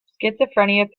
schizophrenic